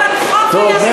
טוב,